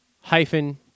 hyphen